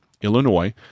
Illinois